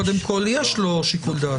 אז יש לו שיקול דעת.